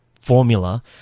formula